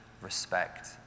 respect